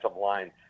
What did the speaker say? line